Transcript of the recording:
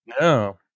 No